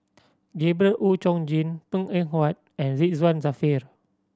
Gabriel Oon Chong Jin Png Eng Huat and Ridzwan Dzafir